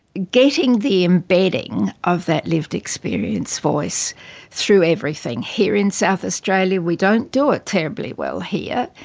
getting the embedding of that lived experience voice through everything. here in south australia we don't do it terribly well here,